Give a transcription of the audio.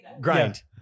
Grind